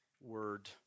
word